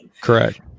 Correct